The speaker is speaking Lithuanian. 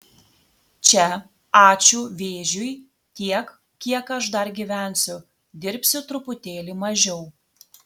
čia ačiū vėžiui tiek kiek aš dar gyvensiu dirbsiu truputėlį mažiau